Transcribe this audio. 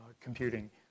computing